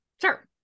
Sure